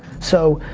so,